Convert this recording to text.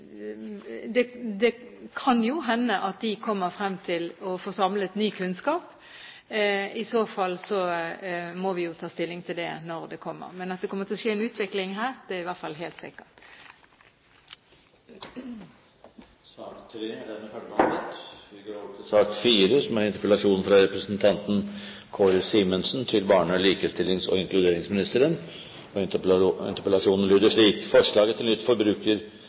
Det kan jo hende at den kommer frem til, og får samlet, ny kunnskap, og i så fall må vi jo ta stilling til det når rapporten kommer. Men at det kommer til å skje en utvikling her, er i hvert fall helt sikkert. Sak nr. 3 er dermed ferdigbehandlet. EØS-avtalen har forandret hverdagen vår. Fra morgen til kveld omgir vi oss med tjenester og